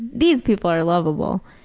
these people are lovable.